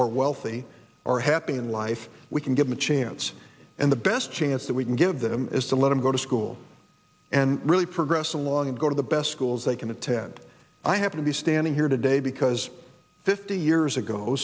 or wealthy or happy in life we can give him a chance and the best chance that we can give them is to let him go to school and really progress along and go to the best schools they can attend i happen to be standing here today because fifty years ago